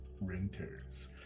renters